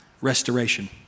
restoration